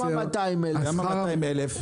כמה ישלמו ב-200,000?